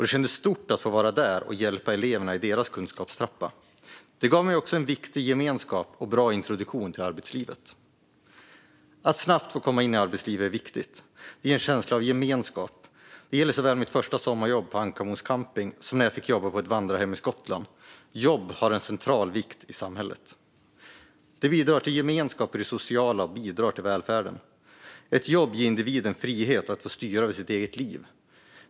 Det kändes stort att få vara där och hjälpa eleverna i deras kunskapstrappa. Det gav mig en viktig gemenskap och en bra introduktion till arbetslivet. Att snabbt få komma in i arbetslivet är viktigt. Det ger en känsla av gemenskap. Det gäller såväl mitt första sommarjobb på Ankarmons camping som när jag fick jobba på ett vandrarhem i Skottland. Jobb har en central vikt i samhället. Det bidrar till gemenskap i det sociala och bidrar till välfärden. Ett jobb ger individen frihet att få styra över sitt eget liv.